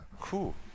cool